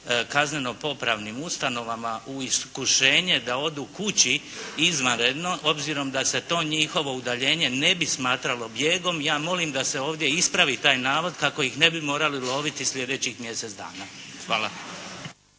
kazneno-popravnim ustanovama u iskušenje da odu kući izvanredno obzirom da se to njihovo udaljenje ne bi smatralo bijegom ja molim da se ovdje ispravi taj navod kako ih ne bi morali loviti sljedećih mjesec dana. Hvala.